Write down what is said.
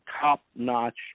top-notch